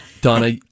Donna